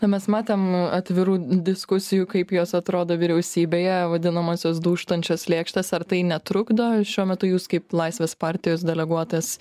na mes matėm atvirų diskusijų kaip jos atrodo vyriausybėje vadinamosios dūžtančios lėkštės ar tai netrukdo šiuo metu jūs kaip laisvės partijos deleguotas